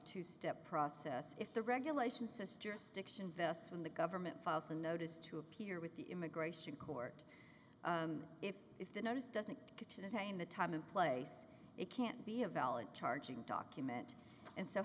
two step process if the regulation sister sticks invest when the government files a notice to appear with the immigration court if the notice doesn't kitchen attain the time and place it can't be a valid charging document and so